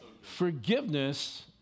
Forgiveness